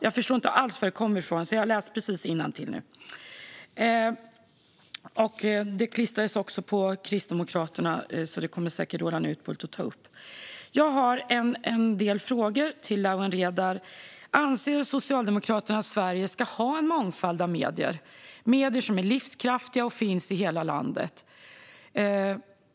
Jag förstår inte alls var det kommer ifrån, och jag läste precis innantill från vår motion. Samma sak klistrades också på Kristdemokraterna, och det kommer säkert Roland Utbult att ta upp. Jag har en del frågor till Lawen Redar. Anser Socialdemokraterna att Sverige ska ha en mångfald av medier som är livskraftiga och finns i hela landet?